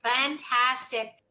Fantastic